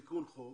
תיקון חוק